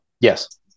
Yes